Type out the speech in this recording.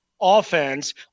offense